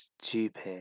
stupid